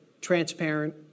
transparent